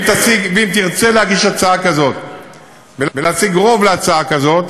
אם תרצה להגיש הצעה כזאת ולהשיג רוב להצעה כזאת,